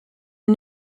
are